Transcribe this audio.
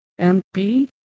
MP